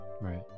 right